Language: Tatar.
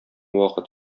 вакыт